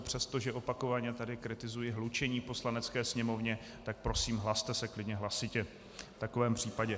Přestože opakovaně tady kritizuji hlučení v Poslanecké sněmovně, tak prosím, hlaste se klidně hlasitě v takovém případě.